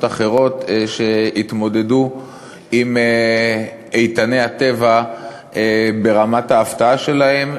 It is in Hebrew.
אחרות שהתמודדו עם איתני הטבע ברמת ההפתעה שלהם,